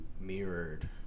mirrored